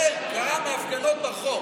זה קרה מההפגנות ברחוב.